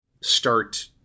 start